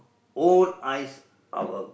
own eyes our